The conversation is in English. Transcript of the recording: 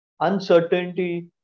Uncertainty